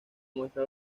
muestra